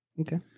okay